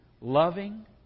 loving